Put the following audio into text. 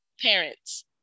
parents